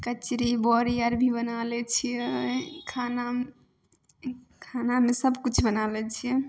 कचरी बड़ी आर भी बना लै छिए खाना खानामे सबकिछु बनाबै छिए